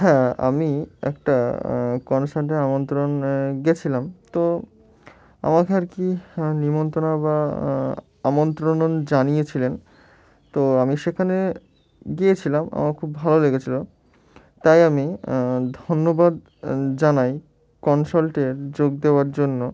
হ্যাঁ আমি একটা কনসার্টে আমন্ত্রণ গিয়েছিলাম তো আমাকে আর কি নিমন্ত্রণ বা আমন্ত্রণ জানিয়েছিলেন তো আমি সেখানে গিয়েছিলাম আমার খুব ভালো লেগেছিলো তাই আমি ধন্যবাদ জানাই কনসার্টে যোগ দেওয়ার জন্য